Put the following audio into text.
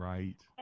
Right